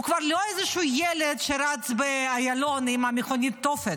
הוא לא כבר איזשהו ילד שרץ באיילון עם מכונית תופת,